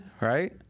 right